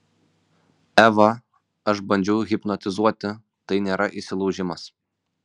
eva aš bandžiau hipnotizuoti tai nėra įsilaužimas